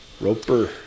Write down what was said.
roper